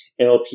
NLP